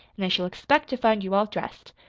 an' i shall expect to find you all dressed.